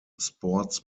sports